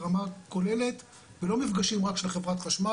ברמה כוללת ולא מפגשים רק של חברת החשמל,